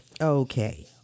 Okay